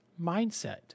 mindset